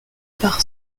par